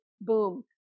boom